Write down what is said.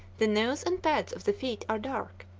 the nose and pads of the feet are dark,